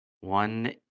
One